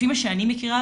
לפי מה שאני מכירה,